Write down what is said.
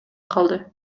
калды